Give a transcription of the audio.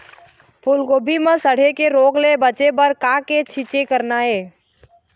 फूलगोभी म सड़े के रोग ले बचे बर का के छींचे करना ये?